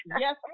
yes